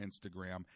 Instagram